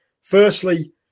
firstly